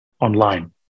online